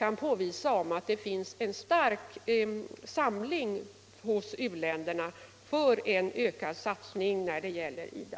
har påvisat att det finns en stark samling hos u-länderna för en ökad satsning på IDA.